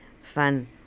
fun